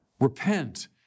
Repent